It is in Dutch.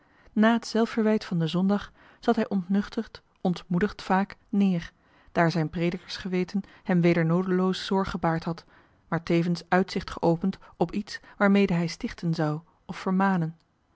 na het zelfverwijt van den zondag zat hij ontnuchterd ontmoedigd vaak neer daar zijn predikersgeweten hem weder noodeloos zorg gebaard had maar tevens uitzicht geopend op iets waarmede hij stichten zou of vermanen